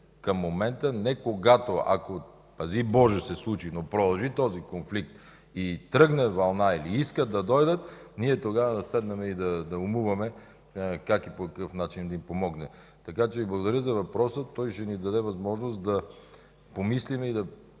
към момента – не когато, ако, пази Боже, се случи, но продължи този конфликт и тръгне вълна, или искат да дойдат, ние тогава да умуваме как и по какъв начин да им помогнем. Благодаря за въпроса. Той ще ни даде възможност да помислим и